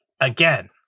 again